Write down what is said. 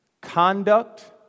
Conduct